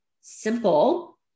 simple